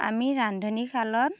আমি ৰান্ধনীশালত